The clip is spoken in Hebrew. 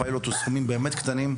הפיילוט הזה מצריך סכומים מאוד קטנים,